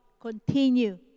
Continue